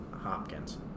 Hopkins